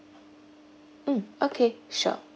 um okay sure